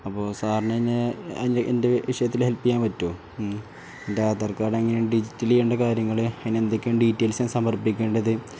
അപ്പോൾ സാറിനെന്നെ അതിന് എൻ്റെ വിഷയത്തിൽ ഹെൽപ്പ് ചെയ്യാൻ പറ്റുമോ എൻ്റെ ആധാർ കാർഡെങ്ങനെ ഡിജിറ്റൽ ചെയ്യേണ്ട കാര്യങ്ങൾ അതിനെ എന്തൊക്കെയാണ് ഡീറ്റെയിൽസ് സമർപ്പിക്കേണ്ടത്